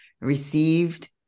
received